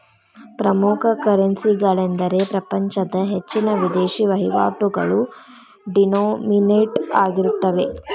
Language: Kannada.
ಪ್ರಮುಖ ಕರೆನ್ಸಿಗಳೆಂದರೆ ಪ್ರಪಂಚದ ಹೆಚ್ಚಿನ ವಿದೇಶಿ ವಹಿವಾಟುಗಳು ಡಿನೋಮಿನೇಟ್ ಆಗಿರುತ್ತವೆ